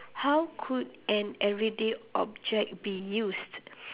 how could an everyday object be used